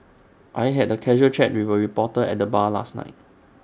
I had A casual chat with A reporter at the bar last night